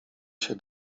się